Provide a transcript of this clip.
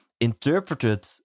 interpreted